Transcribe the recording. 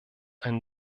ein